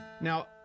now